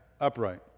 upright